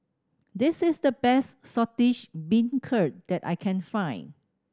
this is the best Saltish Beancurd that I can find